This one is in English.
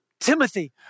Timothy